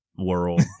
World